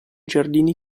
giardini